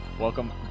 Welcome